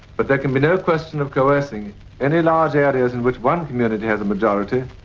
but there can be no question of coercing any large areas in which one community has a majority,